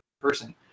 person